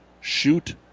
shoot